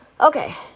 Okay